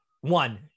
one